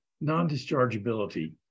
non-dischargeability